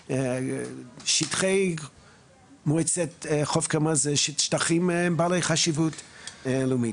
שטחי מועצת חוף הכרמל אלה שטחים בעלי חשיבות לאומית.